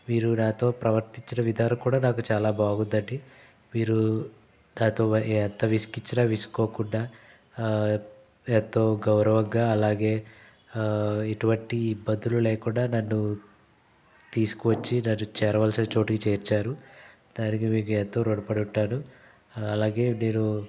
మీరు నాతో ప్రవర్తించిన విధానం కూడా నాకు చాలా బాగుందండి మీరు నాతో ఎంత విసిగించిన విసుక్కోకుండా ఎంతో గౌరవంగా అలాగే ఎటువంటి ఇబ్బందులు లేకుండా నన్ను తీసుకొచ్చి నన్ను చేరవలసిన చోటికి చేర్చారు దానికి మీకు ఎంతో ఋణపడి ఉంటాను అలాగే నేను